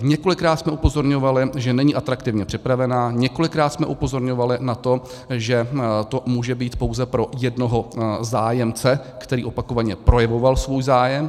Několikrát jsme upozorňovali, že není atraktivně připravená, několikrát jsme upozorňovali na to, že to může být pouze pro jednoho zájemce, který opakovaně projevoval svůj zájem.